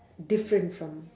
different from